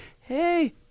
hey